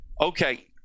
Okay